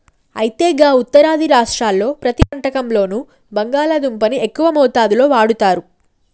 అయితే గా ఉత్తరాది రాష్ట్రాల్లో ప్రతి వంటకంలోనూ బంగాళాదుంపని ఎక్కువ మోతాదులో వాడుతారు